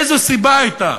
איזו סיבה הייתה?